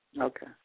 Okay